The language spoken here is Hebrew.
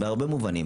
בהרבה מובנים.